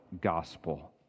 gospel